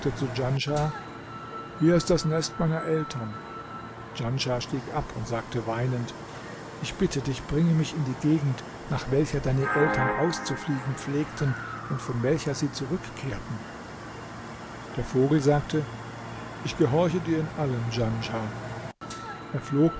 zu djanschah hier ist das nest meiner eltern djanschah stieg ab und sagte weinend ich bitte dich bringe mich in die gegend nach welcher deine eltern auszufliegen pflegten und von welcher sie zurückkehrten der vogel sagte ich gehorche dir in allem djanschah er flog